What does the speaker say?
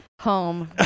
home